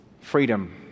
freedom